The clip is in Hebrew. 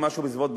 משהו בסביבות,